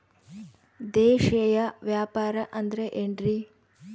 ದೇಶೇಯ ವ್ಯಾಪಾರ ಅಂದ್ರೆ ಏನ್ರಿ?